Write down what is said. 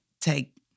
take